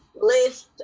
list